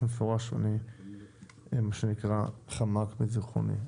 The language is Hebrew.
ואני מה שנקרא זה חמק מזיכרוני.